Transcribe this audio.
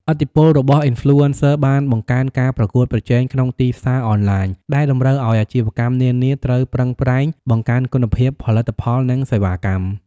ឥទ្ធិពលរបស់ អុីនផ្លូអេនសឹ បានបង្កើនការប្រកួតប្រជែងក្នុងទីផ្សារអនឡាញ ដែលតម្រូវឲ្យអាជីវកម្មនានាត្រូវប្រឹងប្រែងបង្កើនគុណភាពផលិតផល និងសេវាកម្ម។